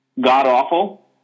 god-awful